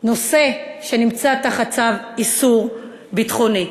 נושא שנמצא תחת איסור ביטחוני,